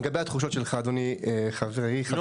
לגבי התחושות שלך, אדוני, חברי, חבר הכנסת בליאק.